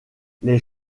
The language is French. les